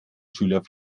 schüler